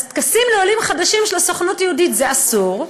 אז טקסים לעולים חדשים של הסוכנות היהודית זה אסור,